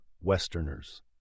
Westerners